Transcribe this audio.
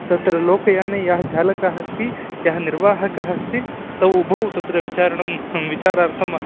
तत्र लोकयाने यः चालकः अस्ति यः निर्वाहकः अस्ति तौ उभौ तत्र विचारणं अहं विचारार्थं